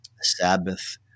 Sabbath